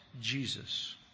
Jesus